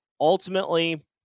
Ultimately